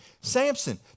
Samson